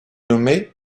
nommée